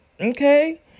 okay